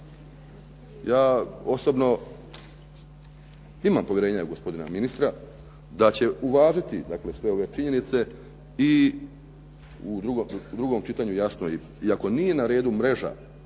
Ja osobno imam povjerenja u gospodina ministra da će uvažiti sve ove činjenice i u drugom čitanju jasno iako nije na redu mreža